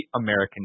American